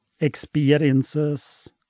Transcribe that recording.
experiences